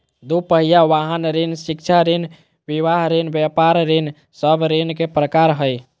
दू पहिया वाहन ऋण, शिक्षा ऋण, विवाह ऋण, व्यापार ऋण सब ऋण के प्रकार हइ